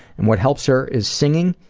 and what helps her is, singing,